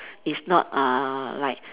it's not uh like